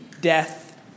death